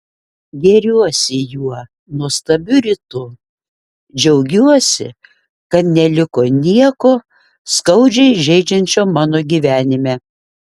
gėriuosi juo nuostabiu rytu džiaugiuosi kad neliko nieko skaudžiai žeidžiančio mano gyvenime